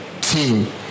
team